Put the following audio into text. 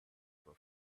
grow